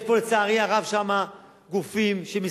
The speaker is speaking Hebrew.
יש שם לצערי הרב גופים, תעשייה שלמה.